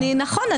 נכון.